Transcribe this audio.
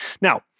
Now